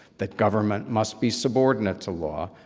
the government must be subordination to law,